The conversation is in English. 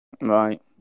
Right